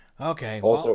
Okay